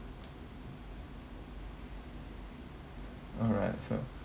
alright sir